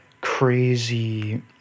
crazy